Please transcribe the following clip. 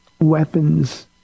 weapons